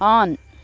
on